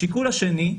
השיקול השני,